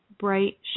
bright